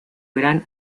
gran